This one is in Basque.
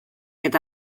eta